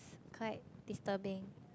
quite disturbing